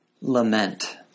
lament